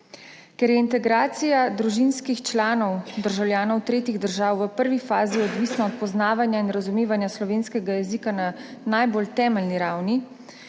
Ker je integracija družinskih članov državljanov tretjih držav v prvi fazi odvisna od poznavanja in razumevanja slovenskega jezika na najbolj temeljni ravni,